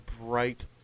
bright